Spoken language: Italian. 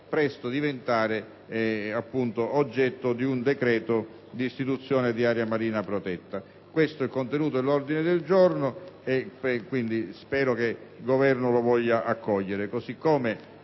presto diventare oggetto di un decreto istitutivo di area marina protetta. Questo è il contenuto dell'ordine del giorno, che spero il Governo voglia accogliere.